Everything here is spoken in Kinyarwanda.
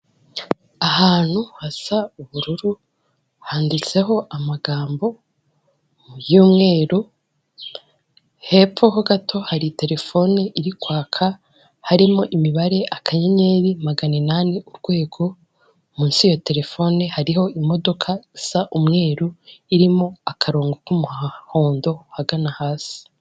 Ahantu hasa ubururu, handitseho amagambo y'umweru, hepfo ho gato hari terefone iri kwaka harimo imibare akanyenyeri, magana inani urwego, munsi ya terefone hariho imodoka isa umweru, irimo akarongo k'umuhondo ahagana hasi.